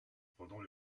pendant